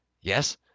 Yes